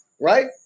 right